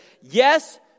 yes